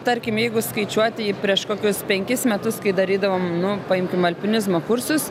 tarkim jeigu skaičiuoti prieš kokius penkis metus kai darydavom nu paimkim alpinizmo kursus